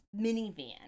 minivan